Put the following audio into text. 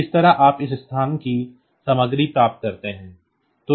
तो इस तरह आप इस स्थान की सामग्री प्राप्त करते हैं